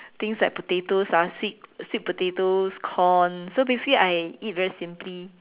things like potatoes ah sweet sweet potatoes corn so basically I eat very simply